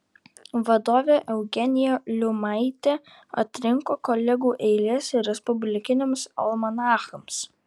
vadovė eugenija liumaitė atrinko kolegų eiles respublikiniams almanachams